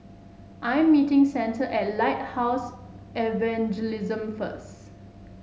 I'm meeting Santa at Lighthouse Evangelism first